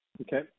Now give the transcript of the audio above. Okay